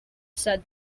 said